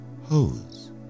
hose